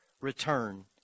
return